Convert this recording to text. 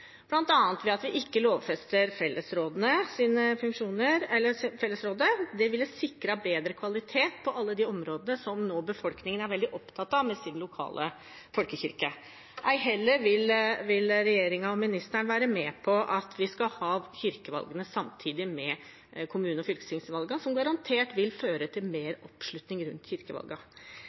ved at vi ikke lovfester fellesrådets funksjoner. Det ville sikret bedre kvalitet på alle de områdene som befolkningen nå er veldig opptatt av i sin lokale folkekirke. Ei heller vil regjeringen og ministeren være med på at vi skal ha kirkevalgene samtidig med kommune- og fylkestingsvalgene, som garantert vil føre til mer oppslutning rundt